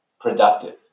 productive